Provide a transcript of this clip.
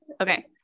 Okay